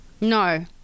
no